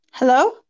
Hello